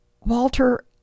Walter